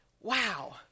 wow